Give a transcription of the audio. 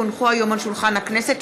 כי הונחו היום על שולחן הכנסת,